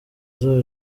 zayo